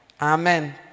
Amen